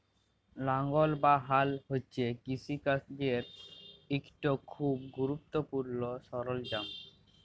লাঙ্গল বা হাল হছে কিষিকাজের ইকট খুব গুরুত্তপুর্ল সরল্জাম